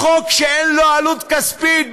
חוק שאין לו עלות כספית,